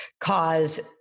cause